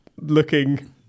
looking